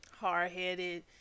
hard-headed